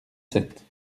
sept